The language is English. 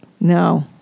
No